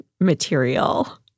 material